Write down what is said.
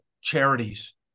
charities